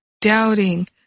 doubting